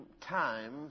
time